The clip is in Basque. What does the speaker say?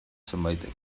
zenbaitek